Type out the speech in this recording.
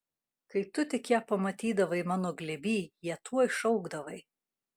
kai tu tik ją pamatydavai mano glėby ją tuoj šaukdavai